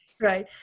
Right